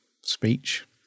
speech